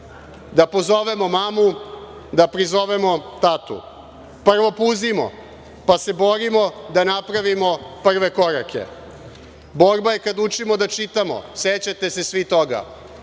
da pozovemo mamu, da prizovemo tatu. Prvo puzimo, pa se borimo da napravimo prve korake. Borba je kada učimo da čitamo, sećate se svi toga.